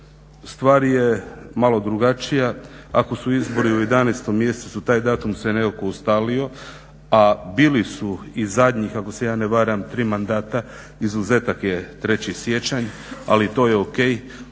stvar je malo drugačija. Ako su izbori u 11 mjesecu taj datum se nekako ustalio, a bili su i zadnjih ako se ja ne varam 3 mandata izuzetak je 3. siječanj, ali to je ok.